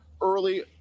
early